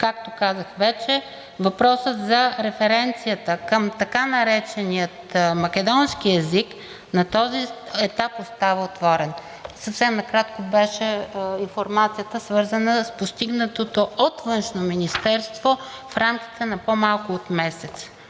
Както казах вече, въпросът за референцията към така наречения македонски език на този етап остава отворен. Съвсем накратко беше информацията, свързана с постигнатото от Външно министерство в рамките на по-малко от месец.